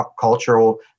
cultural